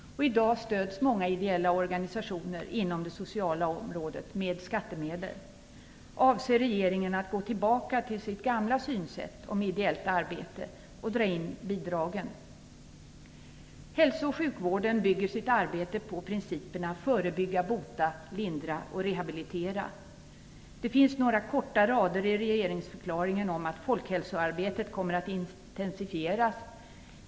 I dag stöds många ideella organisationer inom det sociala området med skattemedel. Avser regeringen att gå tillbaka till sitt gamla synsätt i fråga om ideellt arbete och dra in bidragen? Hälso och sjukvården bygger sitt arbete på principerna förebygga, bota och lindra samt rehabilitera. Det finns helt kort några rader i regeringsförklaringen om att folkhälsoarbetet kommer att intensifieras.